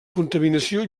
contaminació